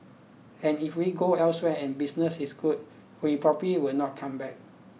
and if we go elsewhere and business is good we probably will not come back